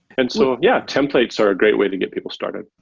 and so yeah, templates are great way to get people started.